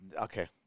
okay